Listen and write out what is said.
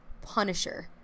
punisher